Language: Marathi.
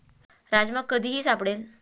राजमा कधीही सापडेल